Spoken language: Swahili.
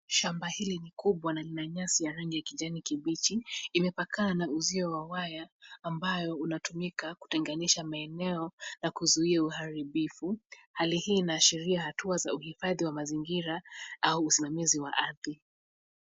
Shamba hili ni kubwa na lina nyasi ya rangi ya kijani kibichi. Imeapakana na uzio wa waya ambayo unatumika kutenganisha maeneo na kuzuia uharibifu. Hali hii inaashiria hatua za uhifadhi wa mazingira au usimamizi wa ardhi.